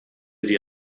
die